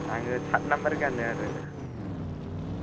आङो साट नामबार गानो आरो